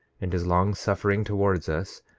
and his long-suffering towards us,